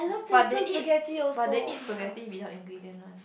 but they eat but they eat spaghetti without ingredient one